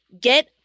Get